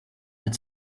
had